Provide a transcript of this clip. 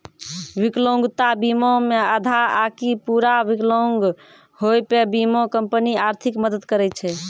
विकलांगता बीमा मे आधा आकि पूरा विकलांग होय पे बीमा कंपनी आर्थिक मदद करै छै